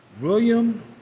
William